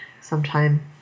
sometime